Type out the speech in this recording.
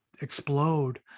explode